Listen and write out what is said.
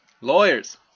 lawyers